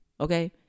Okay